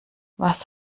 was